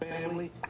family